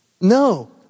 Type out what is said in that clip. No